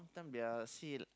sometime there are a seal